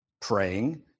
praying